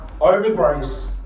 over-grace